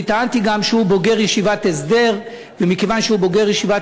אני טענתי גם שהוא בוגר ישיבת הסדר ושמכיוון שהוא בוגר ישיבת